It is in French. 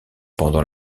pendant